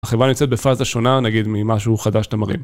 החברה נמצאת בפאזה שונה, נגיד, ממשהו חדש שתמרים.